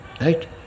right